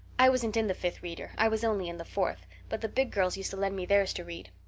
i wasn't in the fifth reader i was only in the fourth but the big girls used to lend me theirs to read.